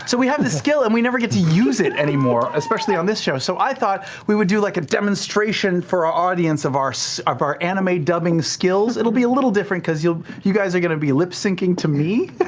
so we have this skill and we never get to use it anymore, especially on this show. so i thought we would do like a demonstration for our audience of our so of our anime dubbing skills. it'll be a little different because you you guys are going to be lip-syncing to me,